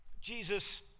Jesus